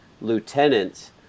lieutenants